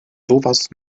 sowas